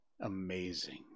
Amazing